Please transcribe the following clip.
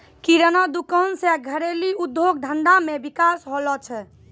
किराना दुकान से घरेलू उद्योग धंधा मे विकास होलो छै